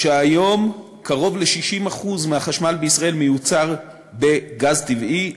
שהיום קרוב ל-60% מהחשמל בישראל מיוצר בגז טבעי,